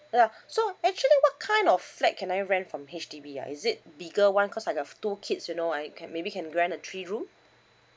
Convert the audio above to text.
ya so actually what kind of flat can I rent from H_D_B ya is it bigger [one] cause I got two kids you know I can maybe can rent a three room